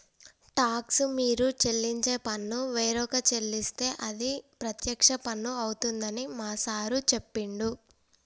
talks మీరు చెల్లించే పన్ను వేరొక చెల్లిస్తే అది ప్రత్యక్ష పన్ను అవుతుందని మా సారు చెప్పిండు